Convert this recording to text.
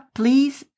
please